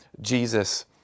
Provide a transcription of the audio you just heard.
Jesus